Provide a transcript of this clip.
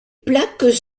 plaques